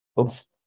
Oops